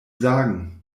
sagen